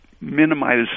minimize